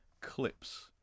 clips